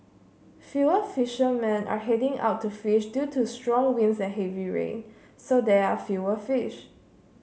fewer fishermen are heading out to fish due to strong winds and heavy rain so there are fewer fish